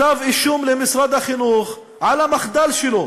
כתב-אישום למשרד החינוך על המחדל שלו